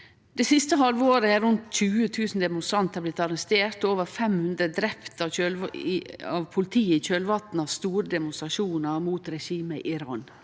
Det siste halve året har rundt 20 000 demonstrantar blitt arresterte og over 500 drepne av politiet i kjølvatnet av store demonstrasjonar mot regimet i Iran.